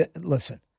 listen